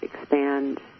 expand